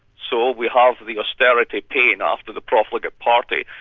so we have the austerity pain after the profligate party,